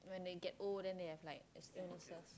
when they get old then they have like it's illnesses